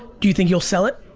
do you think you'll sell it?